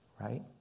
right